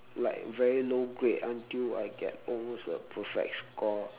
like very low grade until I get almost a perfect score